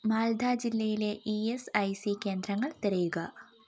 മാൽധ ജില്ലയിലെ E S I C കേന്ദ്രങ്ങൾ തിരയുക